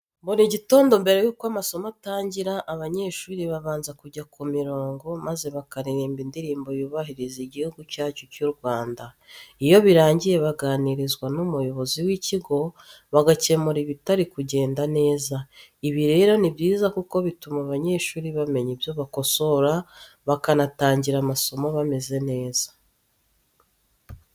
Buri gitondo mbere yuko amasomo atangira abanyeshuri babanza kunja ku mirongo maze bakaririmba Indirimbo yubahiriza Igihugu cyacu cy'u Rwanda. Iyo birangiye baganirizwa n'umuyobozi w'ikigo, bagakemura ibitari kugenda neza. Ibi rero ni byiza kuko bituma abanyeshuri bamenya ibyo bakosora bakanatangira amasomo bameze neza.